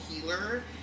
healer